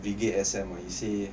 brigade S_M ah you say